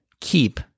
keep